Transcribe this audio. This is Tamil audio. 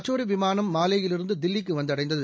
மற்றொருவிமானம் மாலேயிலிருந்துதில்லிக்குவந்தடைந்தது